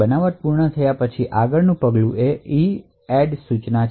બનાવટ પૂર્ણ થયા પછી આગળનું પગલું એ EADD સૂચના છે